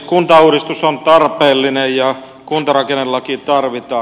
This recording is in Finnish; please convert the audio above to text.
kuntauudistus on tarpeellinen ja kuntarakennelaki tarvitaan